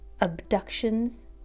Abductions